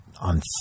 on